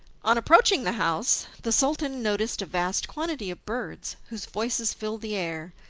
on approaching the house, the sultan noticed a vast quantity of birds, whose voices filled the air,